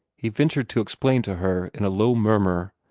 he ventured to explain to her in a low murmur,